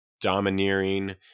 domineering